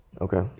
Okay